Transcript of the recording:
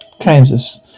Kansas